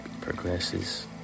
progresses